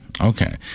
Okay